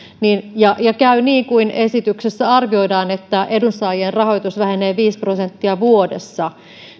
ja jos käy niin kuin esityksessä arvioidaan että edunsaajien rahoitus vähenee viisi prosenttia vuodessa